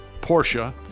Porsche